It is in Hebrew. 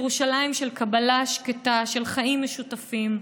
ירושלים של קבלה שקטה, של חיים משותפים.